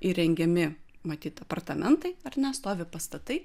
įrengiami matyt apartamentai ar ne stovi pastatai